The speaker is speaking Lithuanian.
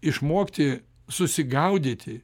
išmokti susigaudyti